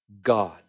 God